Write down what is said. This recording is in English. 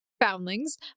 foundlings